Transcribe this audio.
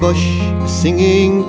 bush singing